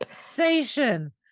sensation